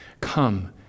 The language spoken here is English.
come